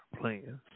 plans